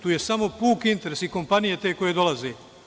Tu je samo puk interes, i kompanije te koje dolaze.